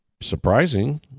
Surprising